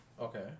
Okay